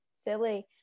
silly